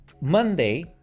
monday